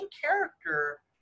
character